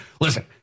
Listen